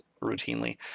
routinely